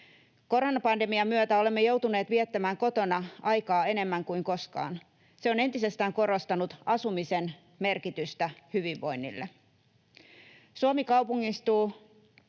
Koronapandemian myötä olemme joutuneet viettämään kotona aikaa enemmän kuin koskaan. Se on entisestään korostanut asumisen merkitystä hyvinvoinnille. Suomi kaupungistuu